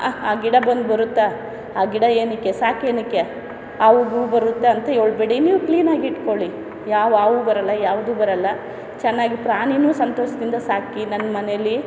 ಆ ಆ ಗಿಡ ಬಂದು ಬರುತ್ತಾ ಆ ಗಿಡ ಏತಕ್ಕೆ ಸಾಕೇನಕ್ಕೆ ಹಾವಿಗೂ ಬರುತ್ತೆ ಅಂತ ಹೇಳಬೇಡಿ ನೀವು ಕ್ಲೀನಾಗಿ ಇಟ್ಕೊಳ್ಳಿ ಯಾವ ಹಾವು ಬರಲ್ಲ ಯಾವುದೂ ಬರಲ್ಲ ಚೆನ್ನಾಗಿ ಪ್ರಾಣಿಯೂ ಸಂತೋಷದಿಂದ ಸಾಕಿ ನನ್ನ ಮನೇಲಿ